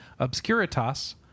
Obscuritas